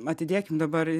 atidėkim dabar